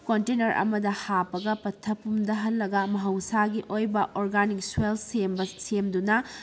container ꯑꯃꯗ ꯍꯥꯞꯄꯒ ꯄꯠꯊ ꯄꯨꯝꯊꯍꯜꯂꯒ ꯃꯍꯧꯁꯥꯒꯤ ꯑꯣꯏꯕ ꯑꯣꯔꯒꯥꯅꯤꯛ ꯁꯣꯏꯜ ꯁꯦꯝꯕ ꯁꯦꯝꯗꯨꯅ